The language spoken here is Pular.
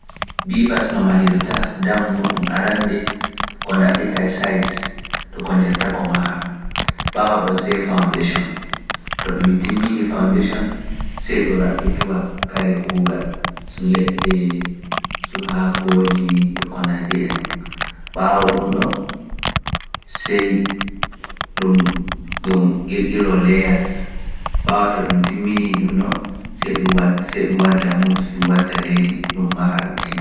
Biivas no mahirta, dam muɗum arande ko ndaɓɓita sites to ko njatta ko maha, ɓaawo ɗon Sai Foundation, to ɗum timmini foundation, Sai ɗum raɓɓitowa kare kuugal, su leɗɗe, su haakooji e konandi e non, ɓaawo ɗum ɗon Sai ɗum ɗum kirkiroo leyas, ɓaawo to ɗum timmini ɗun ɗon Se ɗum wadda mud, ɗum wadda leydi, ɗum maha ɗum ɗum.